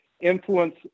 influence